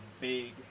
big